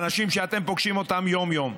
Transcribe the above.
האנשים שאתם פוגשים אותם יום-יום.